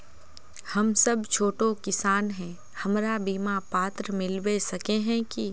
हम सब छोटो किसान है हमरा बिमा पात्र मिलबे सके है की?